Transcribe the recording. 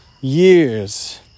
years